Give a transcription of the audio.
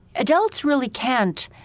adults really can't,